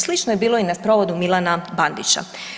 Slično je bilo i na sprovodu Milana Bandića.